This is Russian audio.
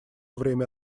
время